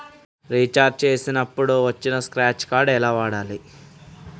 Recharge చేసినప్పుడు వచ్చిన scratch card ఎలా వాడాలి?